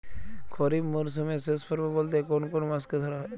খরিপ মরসুমের শেষ পর্ব বলতে কোন কোন মাস কে ধরা হয়?